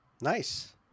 Nice